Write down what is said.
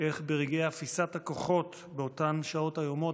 איך ברגעי אפיסת הכוחות באותן שעות איומות,